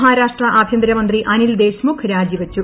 മഹാരാഷ്ട്ര ആഭ്യന്തരമന്ത്രി അനിൽ ദേശ്മുഖ് രാജിവച്ചു